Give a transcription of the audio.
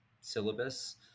syllabus